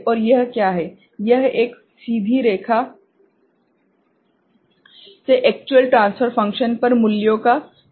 और यह क्या है यह एक सीधी रेखा से एक्चुअल ट्रान्सफर फ़ंक्शन पर मूल्यों का विचलन है